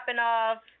off